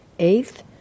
eighth